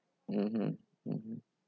mmhmm mmhmm